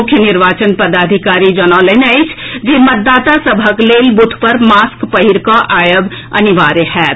मुख्य निर्वाचन पदाधिकारी जनौलनि अछि जे मतदाता सभक लेल बुथ पर मास्क पहिरकऽ आयब अनिवार्य होयत